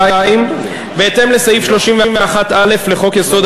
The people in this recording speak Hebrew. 2. בהתאם לסעיף 31(א) לחוק-יסוד: